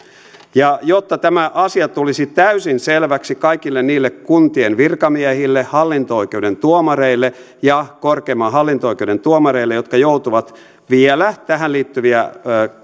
ja jotta tämä asia tulisi täysin selväksi kaikille niille kuntien virkamiehille hallinto oikeuden tuomareille ja korkeimman hallinto oikeuden tuomareille jotka joutuvat vielä tähän liittyviä